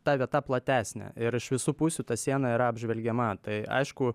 ta vieta platesnė ir iš visų pusių ta siena yra apžvelgiama tai aišku